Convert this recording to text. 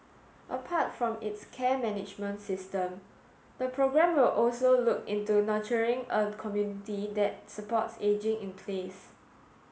apart from its care management system the programme will also look into nurturing a community that supports ageing in place